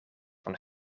van